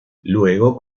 luego